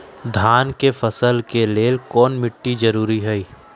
धान के फसल के लेल कौन मिट्टी जरूरी है?